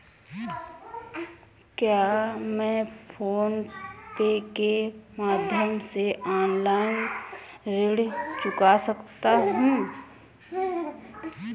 क्या मैं PhonePe के माध्यम से ऑनलाइन ऋण चुका सकता हूँ?